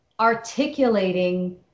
articulating